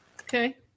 Okay